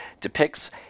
depicts